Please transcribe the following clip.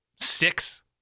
six